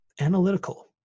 analytical